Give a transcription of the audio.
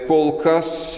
kol kas